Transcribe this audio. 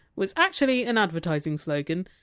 was actually an advertising slogan,